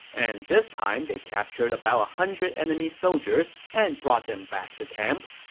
and this time, they captured about a hundred enemy soldiers and brought them back to camp.